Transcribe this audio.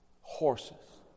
horses